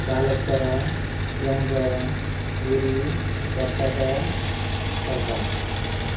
Balasore Keonjhar Puri Cuttack Khordha